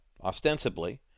ostensibly